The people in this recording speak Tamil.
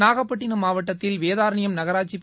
நாகப்பட்டினம் மாவட்டத்தில் வேதாரண்யம் நகராட்சிப்